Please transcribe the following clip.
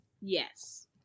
Yes